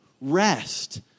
Rest